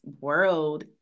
world